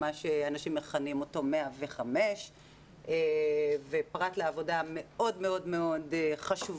מה שאנשים מכנים אותו 105. פרט לעבודה המאוד מאוד חשובה